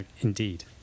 Indeed